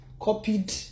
copied